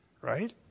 Right